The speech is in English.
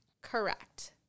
Correct